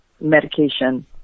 medication